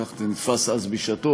כך זה נתפס אז, בשעתו.